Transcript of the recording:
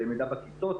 ללמידה בכיתות,